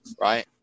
right